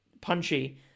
punchy